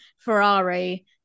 Ferrari –